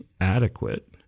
adequate